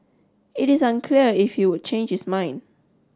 it is unclear if he would change his mind